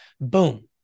boom